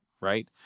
right